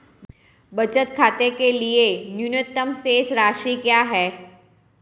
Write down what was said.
बचत खाते के लिए न्यूनतम शेष राशि क्या है?